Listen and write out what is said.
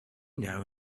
know